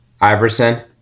Iverson